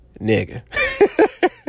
Nigga